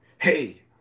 hey